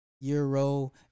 Euro